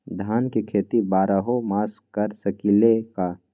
धान के खेती बारहों मास कर सकीले का?